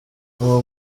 uwo